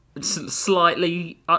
slightly